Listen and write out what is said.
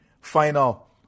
final